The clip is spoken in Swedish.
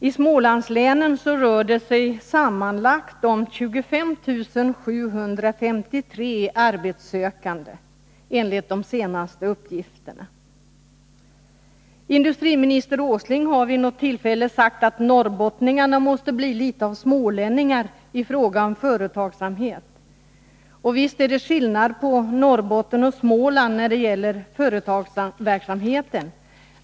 I Smålandslänen finns enligt de senaste uppgifterna sammanlagt 25 753 arbetssökande. Industriminister Åsling har vid något tillfälle sagt att norrbottningarna måste bli litet av smålänningar i fråga om företagsamhet. Och visst är det skillnad mellan Norrbotten och Småland när det gäller företagsverksamheten.